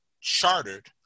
chartered